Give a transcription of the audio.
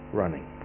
running